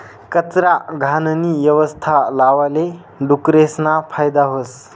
कचरा, घाणनी यवस्था लावाले डुकरेसना फायदा व्हस